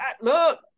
look